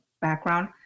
background